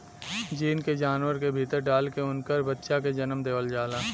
gene के जानवर के भीतर डाल के उनकर बच्चा के जनम देवल जाला